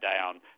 down